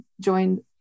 joined